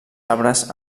arbres